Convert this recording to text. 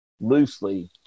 loosely